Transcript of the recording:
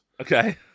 Okay